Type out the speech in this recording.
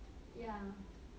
ya